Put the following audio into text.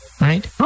Right